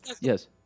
Yes